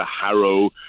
Harrow